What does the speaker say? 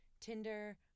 Tinder